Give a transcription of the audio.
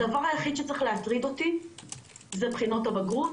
הדבר היחיד שצריך להטריד אותי זה בחינות הבגרות,